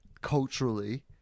culturally